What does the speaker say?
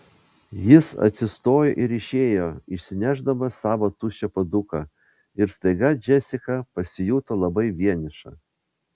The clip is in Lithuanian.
jis atsistojo ir išėjo išsinešdamas savo tuščią puoduką ir staiga džesika pasijuto labai vieniša